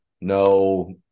no